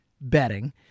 betting